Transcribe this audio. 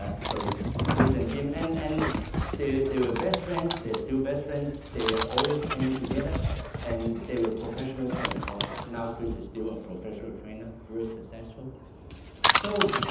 ah so krris and jim and and they they were best friends. they're still best friends they are always training together and they were professional trainers also now kris is still a professional trainer very successful so